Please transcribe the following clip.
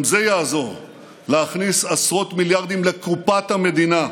גם זה יעזור להכניס עשרות מיליארדים לקופת המדינה,